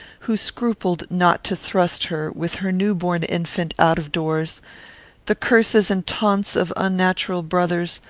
who scrupled not to thrust her, with her new-born infant, out of doors the curses and taunts of unnatural brothers,